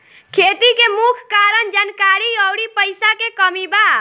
खेती के मुख्य कारन जानकारी अउरी पईसा के कमी बा